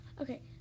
Okay